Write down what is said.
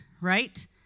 right